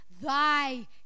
thy